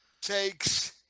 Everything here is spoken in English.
takes